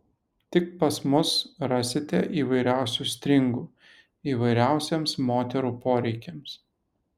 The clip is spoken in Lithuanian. tik pas mus rasite įvairiausių stringų įvairiausiems moterų poreikiams